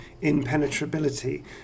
impenetrability